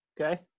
Okay